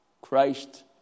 Christ